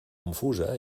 confusa